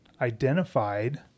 identified